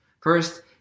First